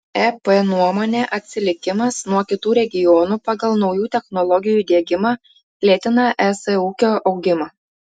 ep nuomone atsilikimas nuo kitų regionų pagal naujų technologijų diegimą lėtina es ūkio augimą